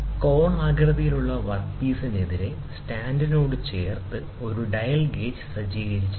കോണാകൃതിയിലുള്ള work പീസിനെതിരെ സ്റ്റാൻഡിനോട് ചേർത്ത ഒരു ഡയൽ ഗേജ് സജ്ജീകരിച്ചിരിക്കുന്നു